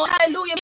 hallelujah